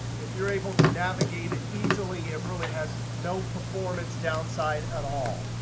if you're able to navigate it easily, it really has no performance downside at all.